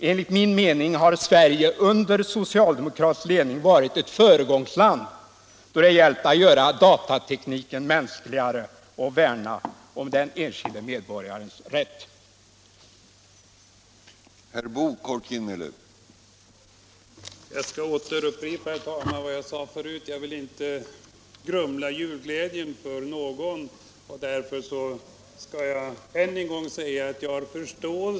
Enligt min mening har Sverige under socialdemokratisk ledning varit ett föregångsland då det gällt att göra datatekniken mänskligare och värna om den enskilde medborgarens rätt till integritetsskydd.